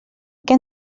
què